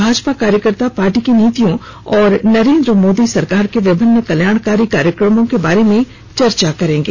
भाजपा कार्यकर्ता पार्टी की नीतियों और नरेन्द्र मोदी सरकार के विभिन्न कल्याणकारी कार्यक्रमों के बारे में चर्चा करेंगे